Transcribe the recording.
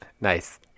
Nice